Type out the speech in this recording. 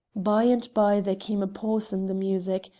by-and-by there came a pause in the music,